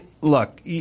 look